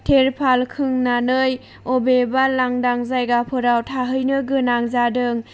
थेरफाल खोंनानै बबेबा लांदां जायगाफोराव थाहैनो गोनां जादों